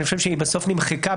אני חושב שבסוף נמחקה.